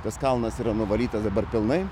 tas kalnas yra nuvalytas dabar pilnai